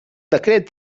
decret